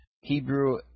Hebrew